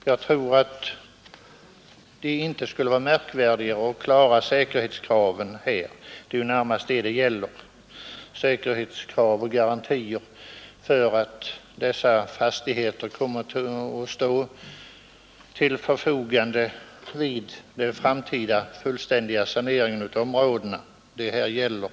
Jag anser att det inte skulle vara märkvärdigare att fastställa säkerhetskrav — det är ju närmast dem det gäller — och garantier för att dessa fastigheter kommer att stå till förfogande vid den framtida fullständiga saneringen av de områden det här gäller.